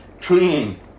clean